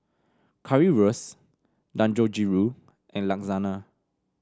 Currywurst Dangojiru and Lasagna